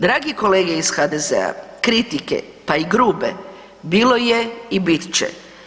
Dragi kolege iz HDZ-a, kritike pa i grube, bilo je i bit će.